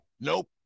nope